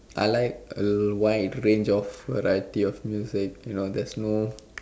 I like a wide range of variety of music you know there's no